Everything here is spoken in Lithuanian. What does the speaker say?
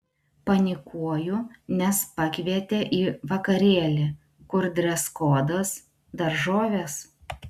panikuoju nes pakvietė į vakarėlį kur dreskodas daržovės